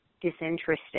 disinterested